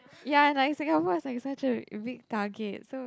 ya it's like Singapore is like such a big target so